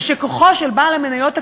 ושכוחו של בעל המניות הקטן,